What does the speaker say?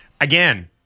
Again